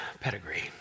pedigree